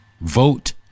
vote